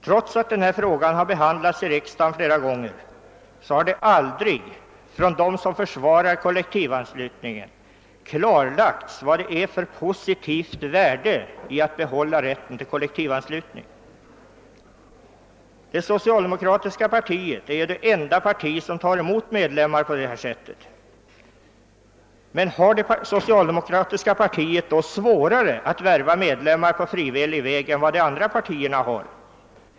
Trots att denna fråga har behandlats av riksdagen flera gånger har det aldrig från dem som försvarar kollektivanslutningen klarlagts vilket positivt värde som ligger i att behålla rätten till kollektivanslutning. Det socialdemokratiska partiet är det enda parti som tar emot medlemar på detta sätt. Har då det socialdemokratiska partiet svårare att värva medlemmar på frivillig väg än vad de andra partierna har?